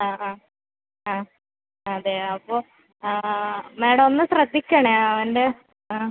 ആ ആ ആ അതെ അപ്പോൾ ആ മാഡം ഒന്ന് ശ്രദ്ധിക്കണേ അവൻ്റെ ആ